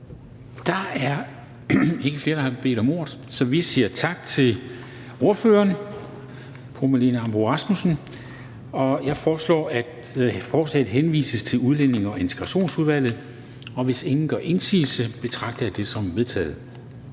Der er ikke flere, der har bedt om ordet, så vi siger tak til ordføreren, fru Marlene Ambo-Rasmussen. Jeg foreslår, at forslaget til folketingsbeslutning henvises til Udlændinge- og Integrationsudvalget. Og hvis ingen gør indsigelse, betragter jeg det som vedtaget.